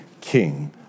king